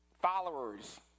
followers